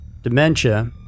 Dementia